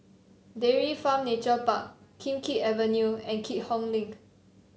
Dairy Farm Nature Park Kim Keat Avenue and Keat Hong Link